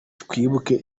twibuke